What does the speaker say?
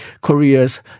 Korea's